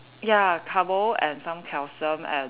ya carbo and some calcium and